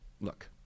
look